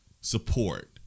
support